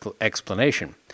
explanation